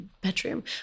bedroom